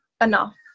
enough